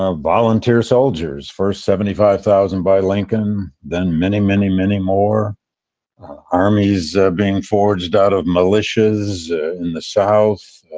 ah volunteer soldiers first seventy five thousand by lincoln. then many, many, many more armies ah being forged out of militias in the south.